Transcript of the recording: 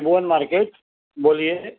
त्रिभुवन market बोलिये